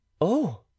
Oh